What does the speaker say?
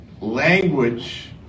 language